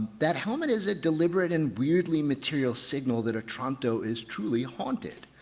that helmet is a deliberate and weirdly material signal that otronto is truly haunted.